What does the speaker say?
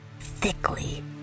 thickly